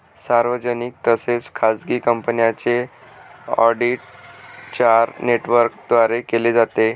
सार्वजनिक तसेच खाजगी कंपन्यांचे ऑडिट चार नेटवर्कद्वारे केले जाते